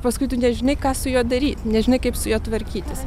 paskui tu nežinai ką su juo daryt nežinai kaip su juo tvarkytis